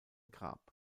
grab